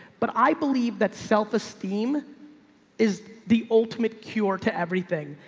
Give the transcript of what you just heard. but i believe that self esteem is the ultimate cure to everything.